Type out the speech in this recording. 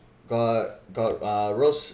got got uh roast